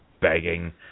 begging